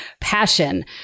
passion